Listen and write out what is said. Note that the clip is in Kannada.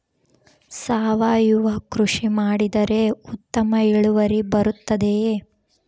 ಸಾವಯುವ ಕೃಷಿ ಮಾಡಿದರೆ ಉತ್ತಮ ಇಳುವರಿ ಬರುತ್ತದೆಯೇ?